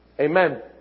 Amen